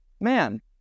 man